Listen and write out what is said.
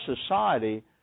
society